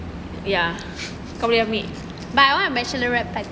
ya kau boleh ambil